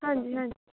ਹਾਂਜੀ ਹਾਂਜੀ